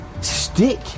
Stick